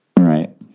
Right